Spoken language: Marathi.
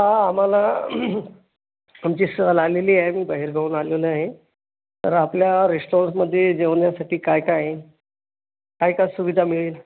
हा आम्हाला आमची सहल आलेली आहे मी बाहेरगावहून आलेलो आहे तर आपल्या रेस्टॉरंटमध्ये जेवण्यासाठी काय काय आहे काय काय सुविधा मिळेल